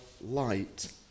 light